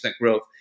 growth